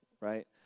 right